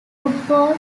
football